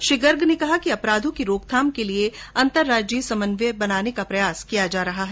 श्री गर्ग ने कहा कि अपराधों की रोकथाम के लिये अंतर्राज्यीय समन्वय बनाने के प्रयास किये जा रहे है